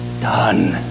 done